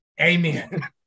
Amen